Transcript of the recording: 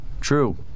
true